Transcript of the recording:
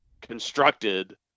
constructed